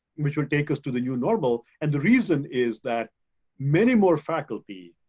which will take us to the new normal. and the reason is that many more faculty,